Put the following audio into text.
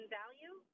value